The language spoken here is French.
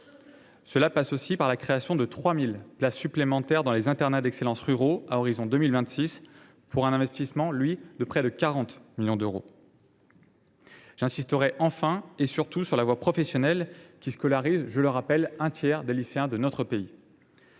Cela passe aussi par la création de 3 000 places supplémentaires dans les internats d’excellence ruraux à horizon 2026, pour un investissement de près de 40 millions d’euros. J’insisterai enfin, et surtout, sur la voie professionnelle, qui scolarise un tiers des lycéens de notre pays.